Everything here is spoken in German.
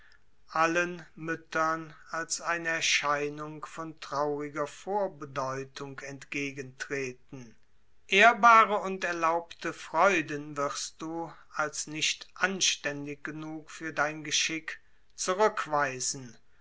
sehend müttern als eine traurigen vorbedeutung entgegen treten ehrbare und erlaubte freunden wirst du als nicht anständig genug für dein geschick zurückweisen